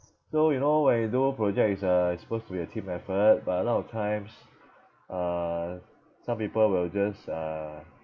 so you know when you do project it's a it's supposed to be a team effort but a lot of times uh some people will just uh